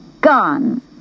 gone